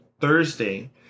Thursday